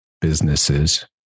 businesses